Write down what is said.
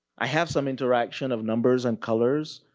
i have some interaction of numbers and colors.